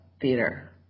theater